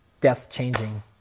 death-changing